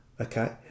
Okay